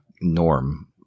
norm